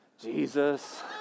Jesus